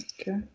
Okay